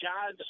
God